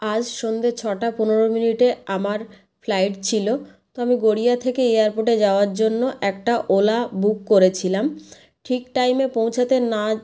আজ সন্ধে ছটা পনেরো মিনিটে আমার ফ্লাইট ছিল তো আমি গড়িয়া থেকে এয়ারপোর্টে যাওয়ার জন্য একটা ওলা বুক করেছিলাম ঠিক টাইমে পৌঁছাতে না